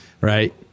Right